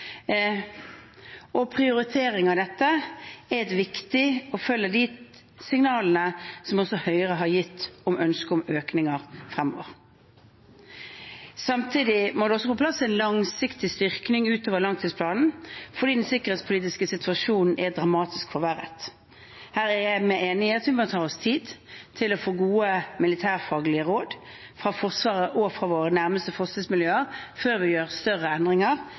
Prioritering av dette er viktig og følger signalene som også Høyre har gitt om et ønske om økninger fremover. Samtidig må det komme på plass en langsiktig styrking utover langtidsplanen, for den sikkerhetspolitiske situasjonen er dramatisk forverret. Her er jeg enig i at vi må ta oss tid til å få gode militærfaglige råd fra Forsvaret og våre nærmeste forskningsmiljøer før vi gjør større endringer,